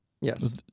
Yes